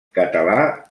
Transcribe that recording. català